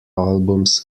albums